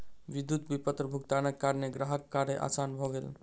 विद्युत विपत्र भुगतानक कारणेँ ग्राहकक कार्य आसान भ गेल